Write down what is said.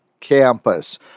campus